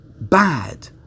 bad